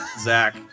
Zach